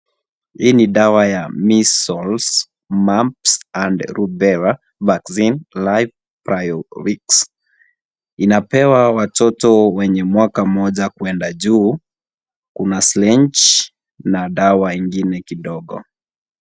Hii ni dawa ya measles, mumps and Rubella vaccine live Priorix . Inapewa watoto wenye mwaka mmoja kwenda juu. Kuna syringe na dawa ingine kidogo.